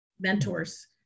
mentors